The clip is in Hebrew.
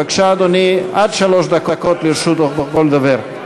בבקשה, אדוני, עד שלוש דקות לרשותו של כל דובר.